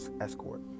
Escort